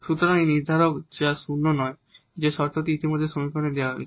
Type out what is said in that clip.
সুতরাং এই নির্ধারক যা শূন্য নয় যে শর্তটি ইতিমধ্যে সমীকরণে দেওয়া হয়েছে